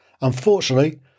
unfortunately